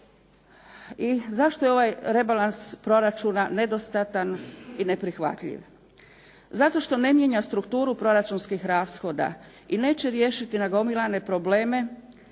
I zašto je ovaj rebalans proračuna nedostatan i neprihvatljiv? Zato što ne mijenja strukturu proračunskih rashoda i neće riješiti nagomilane probleme